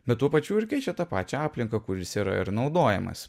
bet tuo pačiu ir keičia tą pačia aplinka kur jis yra ir naudojamas